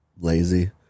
Lazy